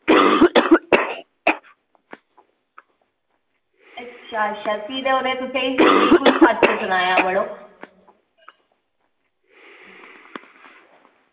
अच्छा अच्छा फ्ही ते ओह् ते तुसें बिलकुल सच्च सनाया मड़ो